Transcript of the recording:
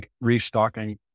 restocking